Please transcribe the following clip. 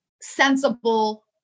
sensible